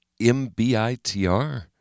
MBITR